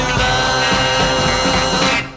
love